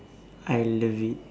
I love it